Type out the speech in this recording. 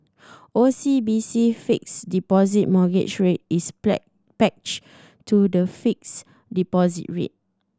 O C B C Fixed Deposit Mortgage Rate is pegged to the fixed deposit rate